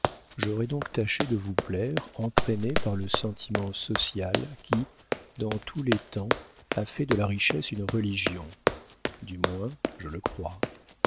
j'aurais donc tâché de vous plaire entraîné par le sentiment social qui dans tous les temps a fait de la richesse une religion du moins je le crois